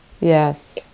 Yes